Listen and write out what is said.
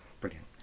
brilliant